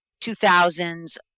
2000s